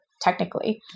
technically